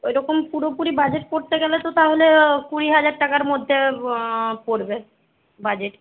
ওইরকম পুরোপুরি বাজেট করতে গেলে তো তাহলে কুড়ি হাজার টাকার মধ্যে পড়বে বাজেট